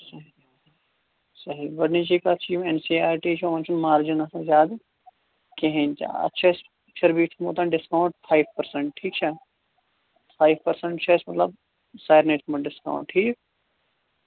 صحیح گۄڑنِچی کَتھ چھِ یِم این سی آر ٹی چھِ یِمن چھُنہٕ مارجن آسان زیادٕ کِہیٖنۍ تہِ اَتھ چھُ اَسہِ پھر بھی تھومُت ڈِسکاوُنٹ فایِو پٔرسَنٹ ٹھیٖک چھا فایِو پٔرسَنٹ چھِ اَسہِ مطلب سارنٕے تھومُت ڈِسکاوُنٹ ٹھیٖک